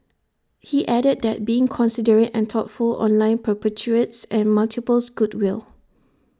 he added that being considerate and thoughtful online perpetuates and multiples goodwill